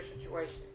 situation